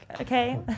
Okay